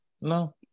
no